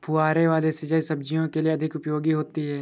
फुहारे वाली सिंचाई सब्जियों के लिए अधिक उपयोगी होती है?